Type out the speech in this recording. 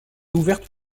ouverte